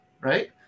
right